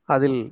Adil